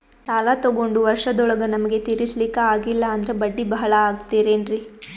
ಸಾಲ ತೊಗೊಂಡು ವರ್ಷದೋಳಗ ನಮಗೆ ತೀರಿಸ್ಲಿಕಾ ಆಗಿಲ್ಲಾ ಅಂದ್ರ ಬಡ್ಡಿ ಬಹಳಾ ಆಗತಿರೆನ್ರಿ?